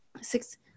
six